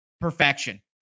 perfection